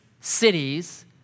cities